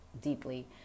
deeply